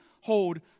hold